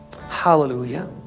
Hallelujah